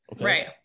Right